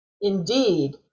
Indeed